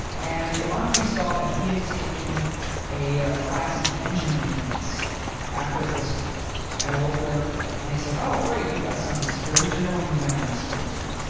and the army saw that he had taken a a class in engine maintenance after high school at a local airport. and they said, oh great, you've got some experience. you're going in the mechanized forces.